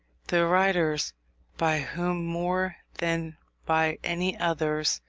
the writers by whom, more than by any others,